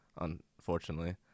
unfortunately